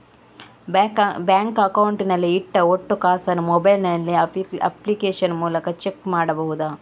Bank account ನಲ್ಲಿ ಇಟ್ಟ ಒಟ್ಟು ಕಾಸನ್ನು ಮೊಬೈಲ್ ನಲ್ಲಿ ಅಪ್ಲಿಕೇಶನ್ ಮೂಲಕ ಚೆಕ್ ಮಾಡಬಹುದಾ?